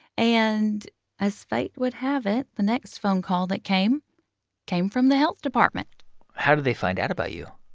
and as fate would have it, the next phone call that came came from the health department how did they find out about you?